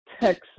Texas